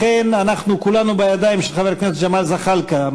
לכן אנחנו כולנו בידיים של חבר הכנסת ג'מאל זחאלקה.